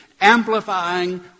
amplifying